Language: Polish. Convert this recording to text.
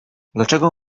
dlaczego